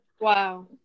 Wow